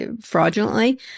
fraudulently